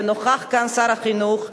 נוכח כאן שר החינוך.